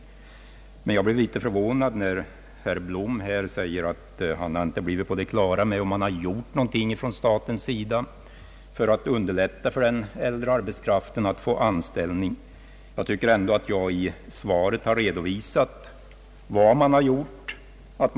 Emellertid blev jag litet förvånad, när herr Blom sade att han inte blivit på det klara med huruvida det gjorts någonting från statens sida för att underlätta för den äldre arbetskraften att få anställning. Jag tycker att jag i svaret har redovisat vad som gjorts.